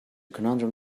conundrum